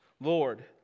Lord